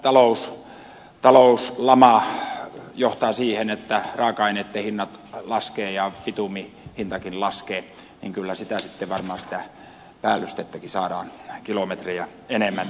tuleva talouslama johtaa siihen että raaka aineitten hinnat laskevat ja bitumin hintakin laskee niin että kyllä sitten varmaan sitä päällystettäkin saadaan kilometrejä enemmän